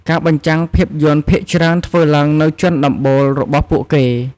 ការបញ្ចាំងភាពយន្តភាគច្រើនធ្វើឡើងនៅជាន់ដំបូលរបស់ពួកគេ។